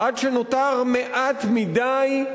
עד שנותר מעט מדי,